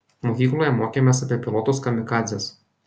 mokykloje mokėmės apie pilotus kamikadzes